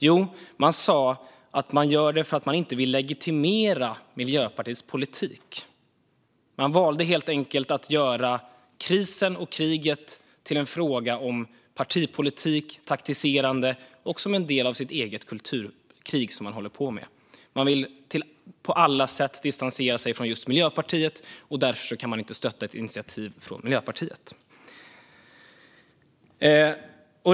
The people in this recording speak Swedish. Jo, man sa att man gör så för att man inte vill legitimera Miljöpartiets politik. Man valde helt enkelt att göra krisen och kriget till en fråga om partipolitik och taktiserande och en del av sitt eget kulturkrig, som man håller på med. Man vill på alla sätt distansera sig från just Miljöpartiet. Därför kan man inte stötta ett initiativ från Miljöpartiet.